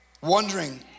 Wondering